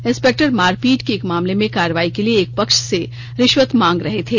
inspector मारपीट के एक मामले में कार्रवाई के लिए एक पक्ष से रिश्वत मांग रहे थे